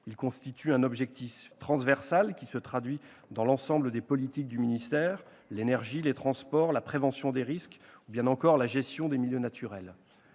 Il constitue un objectif transversal, qui se traduit dans l'ensemble des politiques du ministère : l'énergie, les transports, la prévention des risques ou encore la gestion des milieux naturels.